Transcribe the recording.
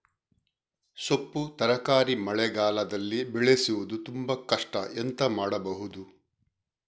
ಸೊಪ್ಪು ತರಕಾರಿ ಮಳೆಗಾಲದಲ್ಲಿ ಬೆಳೆಸುವುದು ತುಂಬಾ ಕಷ್ಟ ಎಂತ ಮಾಡಬಹುದು?